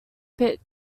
pits